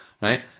right